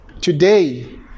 Today